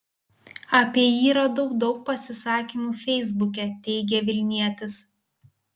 apie jį radau daug pasisakymų feisbuke teigė vilnietis